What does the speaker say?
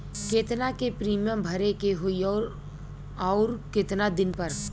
केतना के प्रीमियम भरे के होई और आऊर केतना दिन पर?